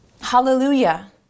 Hallelujah